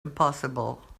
impossible